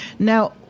Now